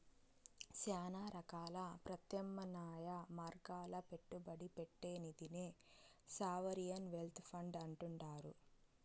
శానా రకాల ప్రత్యామ్నాయ మార్గాల్ల పెట్టుబడి పెట్టే నిదినే సావరిన్ వెల్త్ ఫండ్ అంటుండారు